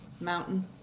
Mountain